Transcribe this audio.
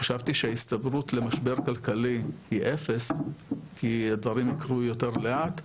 חשבתי שההסתברות למשבר כלכלי היא 0 כי הדברים יקרו יותר לאט,